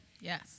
Yes